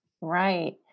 Right